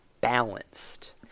balanced